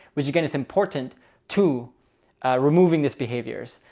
which again is important to removing this behaviors.